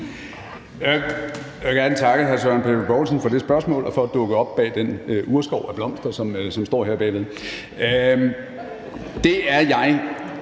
Jeg vil gerne takke hr. Søren Pape Poulsen for det spørgsmål og for at dukke op bag den urskov af blomster, som står her foran. Det er jeg